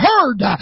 heard